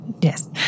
yes